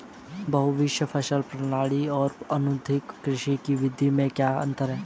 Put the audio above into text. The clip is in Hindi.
बहुविध फसल प्रणाली और आधुनिक कृषि की विधि में क्या अंतर है?